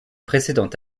précédent